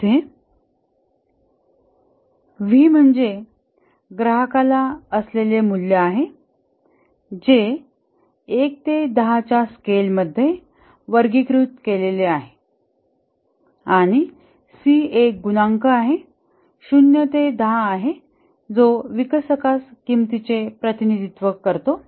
जेथे व्ही म्हणजे ग्राहकाला असलेले मूल्य आहे जे 1 ते 10 च्या स्केलमध्ये वर्गीकृत केले आहे आणि सी एक गुणांक 0 ते 10 आहे जो विकसकास किंमतीचे प्रतिनिधित्व करतो